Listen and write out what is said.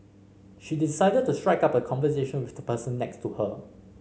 she decided to strike up a conversation with the person next to her